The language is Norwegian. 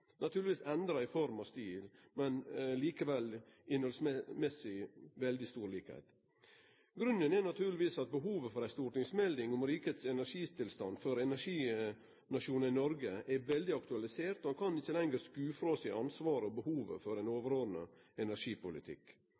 naturlegvis endra i form og stil, men innhaldsmessig er det likevel veldig stor likskap. Grunnen er naturlegvis at behovet for ei stortingsmelding om rikets energitilstand for energinasjonen Noreg er veldig aktualisert, og ein kan ikkje lenger skuve frå seg ansvaret og behovet for ein overordna energipolitikk.